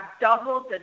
doubled